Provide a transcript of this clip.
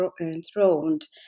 enthroned